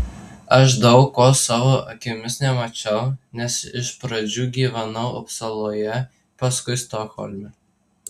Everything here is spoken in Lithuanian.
aš daug ko savo akimis nemačiau nes iš pradžių gyvenau upsaloje paskui stokholme